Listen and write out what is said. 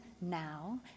now